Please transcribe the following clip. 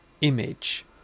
image